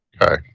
Okay